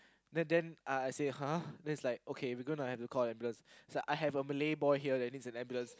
then then I I say !huh! then is like okay we gonna have to call the ambulance is like I have a Malay boy here that needs an ambulance